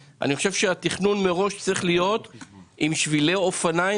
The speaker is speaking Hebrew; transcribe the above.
התכנון מראש צריך להיות עם שבילי אופניים